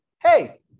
Hey